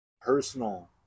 personal